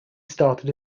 started